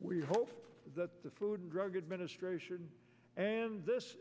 we hope that the food and drug administration and this